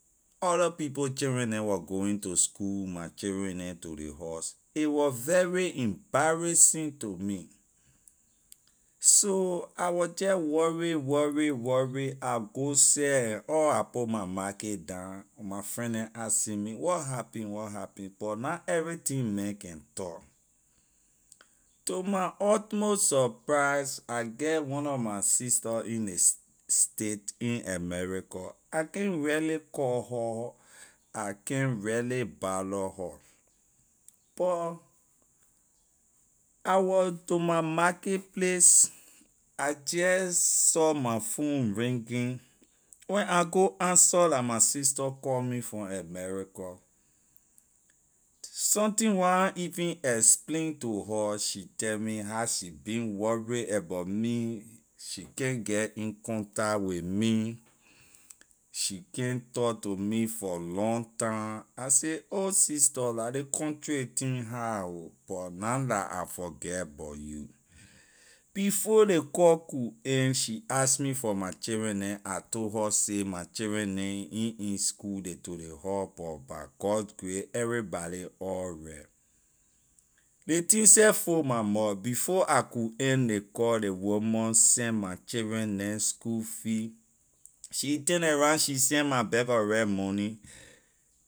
Other people children neh wor going to school my children neh to ley house a wor very embarrassing to me so I was jeh worry worry worry I go seh and all I put my market down my friend neh asking me what happen what happen but na everything man can talk to my utmost surprise I get one nor my sister in ley state in america I can’t really call her I can’t really bother her but I wor to my markay place I jeh saw my phone ringing when I go answer la my sister calling me from america something where I even explain to her she tell me how she been worry abor me she can’t get in contact with me she can’t tor to me for long time I say oh sister la ley country thing hard ho but na la I forget abor you before ley call could end she ask me for my children neh I told her say my children neh ain’t in school ley to ley house but by god grace everybody alright ley thing seh full my mouth before I could end ley call ley woman send my children neh school fee she turn around she send my bag of rice money.